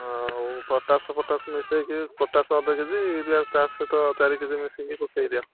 ହଁ ଆଉ ପଟାସ୍ ଫଟାସ୍ ମିଶାଇକି ପଟାସ୍ ଅଧ କେ ଜି ୟୁରିଆ ତା'ସହିତ ଚାରି କେ ଜି ମିଶାଇକି ପକାଇ ଦିଅ